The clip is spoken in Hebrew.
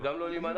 גם לא להימנע?